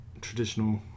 traditional